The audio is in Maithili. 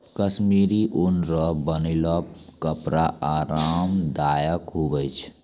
कश्मीरी ऊन रो बनलो कपड़ा आराम दायक हुवै छै